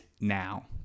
now